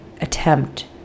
attempt